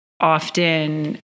often